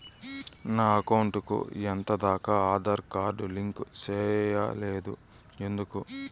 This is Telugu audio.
నా అకౌంట్ కు ఎంత దాకా ఆధార్ కార్డు లింకు సేయలేదు ఎందుకు